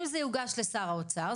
אם זה יוגש לשר האוצר,